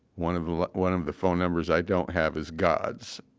one of like one of the phone numbers i don't have is god's.